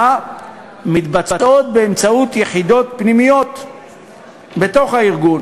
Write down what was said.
מתבצעות באמצעות יחידות פנימיות בתוך הארגון.